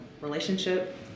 relationship